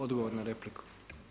Odgovor na repliku.